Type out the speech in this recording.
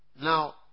Now